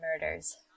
murders